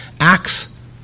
Acts